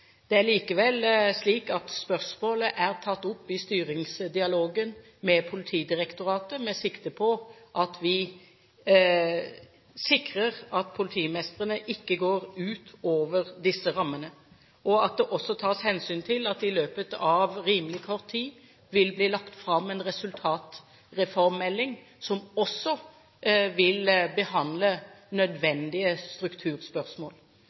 er likevel tatt opp i styringsdialogen med Politidirektoratet, med sikte på at vi sikrer at politimestrene ikke går utover disse rammene, og at det også tas hensyn til at det i løpet av rimelig kort tid vil bli lagt fram en melding om resultatreformen som også vil behandle nødvendige strukturspørsmål.